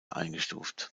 eingestuft